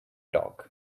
talk